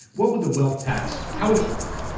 what would the wealth tax, how would it work?